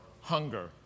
hunger